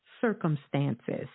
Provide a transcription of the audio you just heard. circumstances